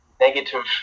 negative